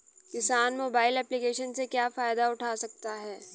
किसान mobile application से क्या फायदा उठा सकता है?